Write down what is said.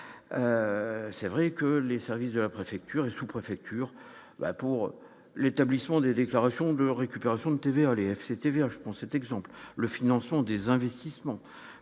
c'est vrai que les services de la préfecture et sous-préfecture pour l'établissement des déclarations de récupération de TVA ADF, c'était je pense est exemplaire : le financement des investissements